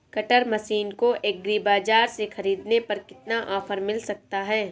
Cutter machine को agri बाजार से ख़रीदने पर कितना ऑफर मिल सकता है?